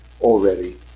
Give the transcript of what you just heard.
already